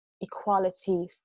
equality